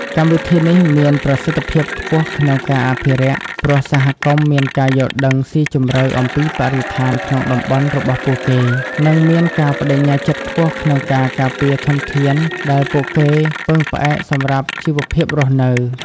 កម្មវិធីនេះមានប្រសិទ្ធភាពខ្ពស់ក្នុងការអភិរក្ស ព្រោះសហគមន៍មានការយល់ដឹងស៊ីជម្រៅអំពីបរិស្ថានក្នុងតំបន់របស់ពួកគេ និងមានការប្ដេជ្ញាចិត្តខ្ពស់ក្នុងការការពារធនធានដែលពួកគេពឹងផ្អែកសម្រាប់ជីវភាពរស់នៅ។